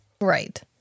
Right